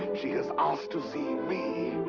she has asked to see me!